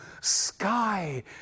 sky